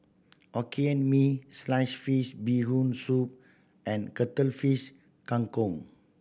Hokkien Mee slice fish Bee Hoon Soup and Cuttlefish Kang Kong